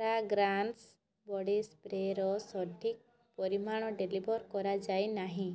fragrance body ସ୍ପ୍ରେର ସଠିକ୍ ପରିମାଣ ଡେଲିଭର୍ କରାଯାଇ ନାହିଁ